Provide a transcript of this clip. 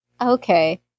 Okay